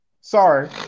Sorry